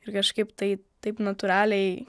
ir kažkaip tai taip natūraliai